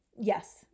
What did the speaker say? Yes